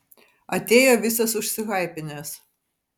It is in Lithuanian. atėjo visas užsihaipinęs